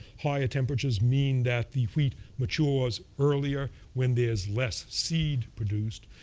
higher temperatures mean that the wheat matures earlier, when there's less seed produced.